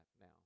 now